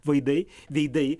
vaidai veidai